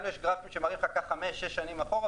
לנו יש גרפים שמראים חמש-שש שנים אחורה,